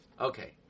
Okay